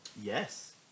Yes